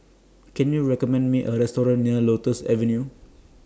Can YOU recommend Me A Restaurant near Lotus Avenue